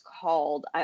called